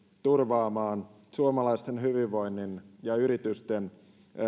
turvaamaan suomalaisten hyvinvoinnin ja yritysten